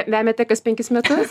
vemiate kas penkis metus